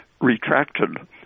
retracted